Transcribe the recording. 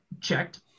checked